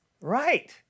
Right